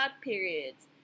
periods